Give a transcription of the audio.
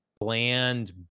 bland